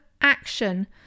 action